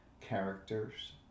characters